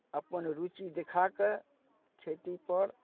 अपन रूचि देखा कऽ खेतीपर